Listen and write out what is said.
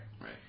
Right